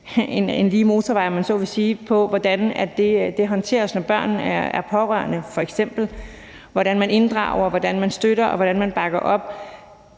lige motorvej, om man så må sige, i forhold til hvordan det f.eks. håndteres, når børnene er pårørende – hvordan man inddrager, hvordan man støtter, og hvordan man bakker op.